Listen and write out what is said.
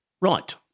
Right